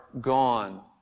gone